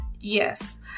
yes